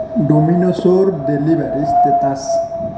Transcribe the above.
ড'মিন'ছৰ delivery status